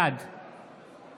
בעד